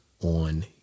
on